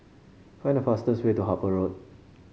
find the fastest way to Harper Road